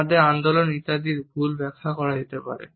আমাদের আন্দোলন ইত্যাদির ভুল ব্যাখ্যা করা যেতে পারে